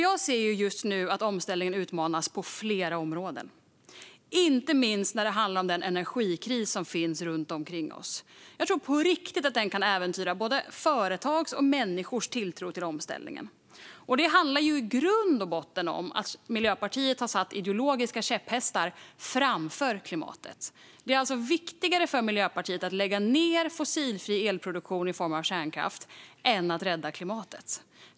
Jag ser just nu att omställningen utmanas på flera områden, inte minst när det handlar om den energikris som finns runt omkring oss. Jag tror på riktigt att den kan äventyra både företags och människors tilltro till omställningen. Det handlar i grund och botten om att Miljöpartiet har satt ideologiska käpphästar framför klimatet. Det är viktigare för Miljöpartiet att lägga ned fossilfri elproduktion i form av kärnkraft än att rädda klimatet.